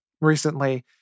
recently